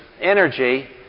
energy